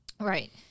right